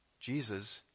Jesus